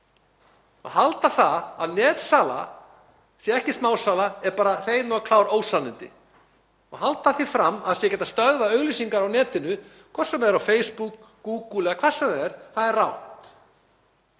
Að halda það að netsala sé ekki smásala eru bara hrein og klár ósannindi. Að halda því fram að ekki sé hægt að stöðva auglýsingar á netinu, hvort sem er á Facebook, Google eða hvar sem það er, er rangt.